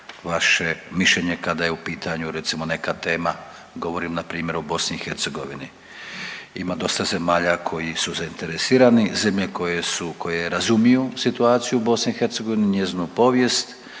vaše mišljenje kada je u pitanju recimo neka tema, govorim npr. o BiH. Ima dosta zemalja koje su zainteresirani, zemlje koje su, koje razumiju situaciju u BiH njezinu povijest